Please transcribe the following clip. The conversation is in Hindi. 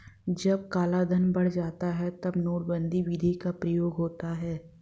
जब कालाधन बढ़ जाता है तब नोटबंदी विधि का प्रयोग होता है